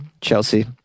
Chelsea